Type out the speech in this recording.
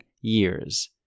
years